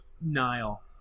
Nile